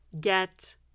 get